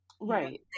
right